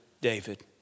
David